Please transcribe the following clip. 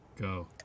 go